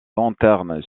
lanterne